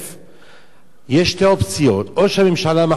יש שתי אופציות: או שהממשלה מחליטה או שלא מחליטה.